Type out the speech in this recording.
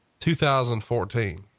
2014